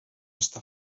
està